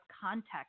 context